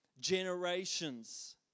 Generations